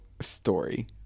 story